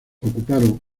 ocuparon